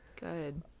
Good